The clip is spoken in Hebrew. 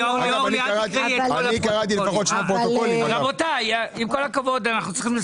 אני קראתי לפחות שני פרוטוקולים.